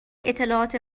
اطلاعات